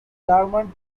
german